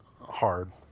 hard